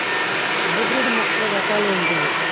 Hybrid మొక్కల రకాలు ఏమిటీ?